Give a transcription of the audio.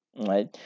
right